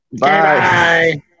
Bye